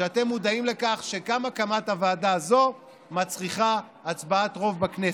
שאתם מודעים לכך שגם הקמת הוועדה הזאת מצריכה הצבעת רוב בכנסת.